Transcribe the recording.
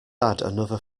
another